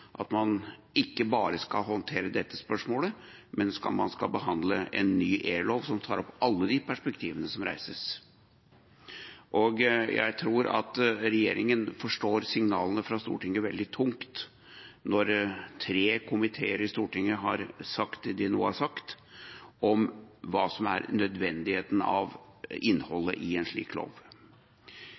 at man ikke bare skal håndtere dette spørsmålet, man skal også behandle en ny e-lov, som tar opp alle de perspektivene som reises. Jeg tror at regjeringen forstår signalene fra Stortinget som veldig tunge når tre komiteer i Stortinget har sagt det de nå har sagt om hva som er det nødvendige innholdet i en slik lov.